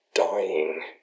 Dying